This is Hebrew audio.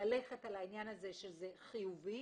ללכת על העניין הזה שזה חיובי,